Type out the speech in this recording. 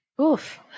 Oof